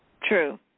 True